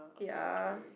ya